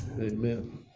amen